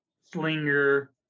Slinger